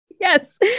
Yes